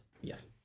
yes